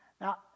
Now